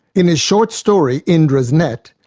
in his short story indra's net,